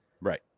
Right